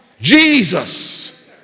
Jesus